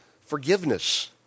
forgiveness